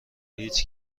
هیچ